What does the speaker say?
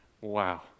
wow